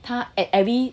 他 at every